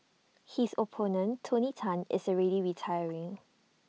his opponent tony Tan is already retiring